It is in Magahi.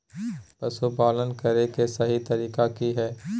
पशुपालन करें के सही तरीका की हय?